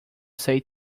say